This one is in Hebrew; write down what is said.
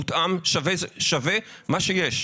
מותאם, שווה מה שיש.